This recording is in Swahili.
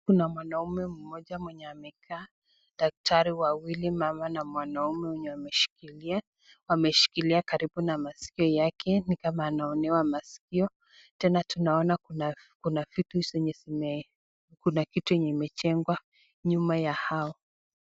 Kuna mwanaume mmoja mwenye amekaa daktari wawili mama na mwanaume wenye wameshikilia karibu na maskio yake ni kama anaonewa maskio tena tunaona kuna vitu zenye zime,,,kitu yenye imejengwa nyuma ya hao.